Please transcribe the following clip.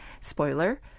Spoiler